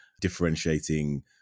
differentiating